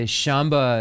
shamba